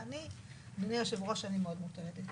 אדוני היושב-ראש, אני מאוד מוטרדת.